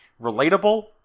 relatable